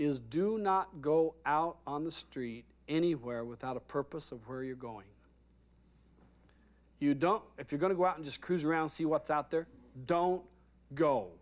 is do not go out on the street anywhere without a purpose of where you're going you don't know if you're going to go out and just cruise around see what's out there don't go